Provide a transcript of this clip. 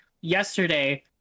yesterday